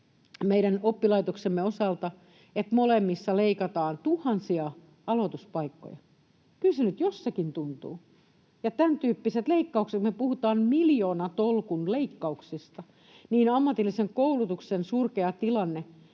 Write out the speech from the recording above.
meidän oppilaitoksemme osalta, että molemmissa leikataan tuhansia aloituspaikkoja. Kyllä se nyt jossakin tuntuu. Tämän tyyppisissä leikkauksissa me puhutaan miljoonatolkun leikkauksista, joten ammatillisen koulutuksen surkea tilanne